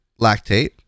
lactate